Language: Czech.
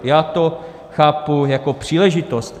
Já to chápu jako příležitost.